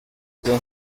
izo